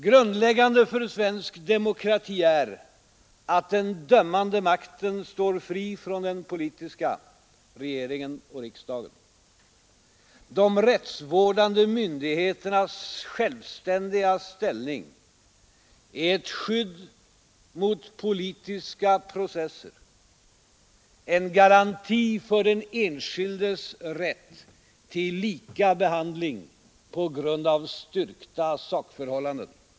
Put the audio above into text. Grundläggande för svensk demokrati är att den dömande makten står fri från den politiska, regeringen och riksdagen. De rättsvårdande myndigheternas självständiga ställning är ett skydd mot politiska processer, en garanti för den enskildes rätt till lika behandling på grund av styrkta sakförhållanden.